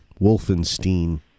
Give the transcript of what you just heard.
Wolfenstein